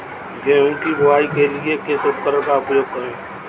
गेहूँ की बुवाई के लिए किस उपकरण का उपयोग करें?